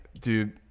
dude